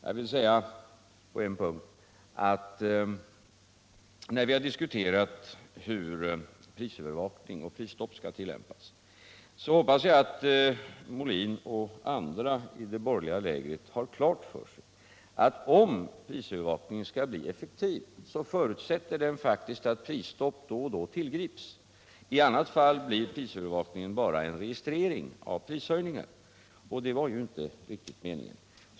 Jag vill säga på tal om hur prisövervakning och prisstopp skall tillämpas att jag hoppas att Björn Molin och andra i det borgerliga lägret har klart för sig att om prisövervakningen skall bli effektiv så förutsätter den faktiskt att prisstopp då och då tillgrips. I annat fall blir övervakningen bara en registrering av prishöjningar, och det var ju inte riktigt meningen.